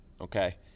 okay